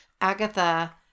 Agatha